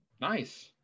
Nice